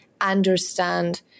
understand